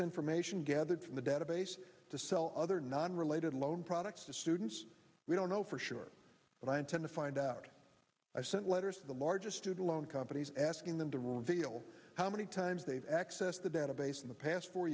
information gathered from the database to sell other non related loan products to students we don't know for sure but i intend to find out i sent letters to the largest to the loan companies asking them to reveal how many times they have access the database in the past four